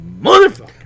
motherfucker